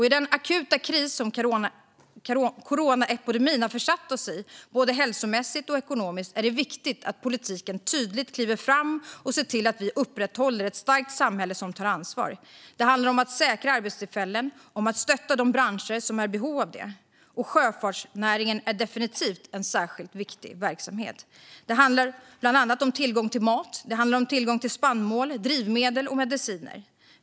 I den akuta kris som coronaepidemin har försatt oss i både hälsomässigt och ekonomiskt är det viktigt att politiken tydligt kliver fram och ser till att vi upprätthåller ett starkt samhälle som tar ansvar. Det handlar om att säkra arbetstillfällen och om att stötta de branscher som är i behov av det. Sjöfartsnäringen är definitivt en särskilt viktig verksamhet. Det handlar bland annat om tillgång till mat, spannmål, drivmedel och mediciner.